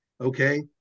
Okay